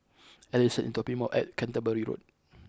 Edson is dropping me off at Canterbury Road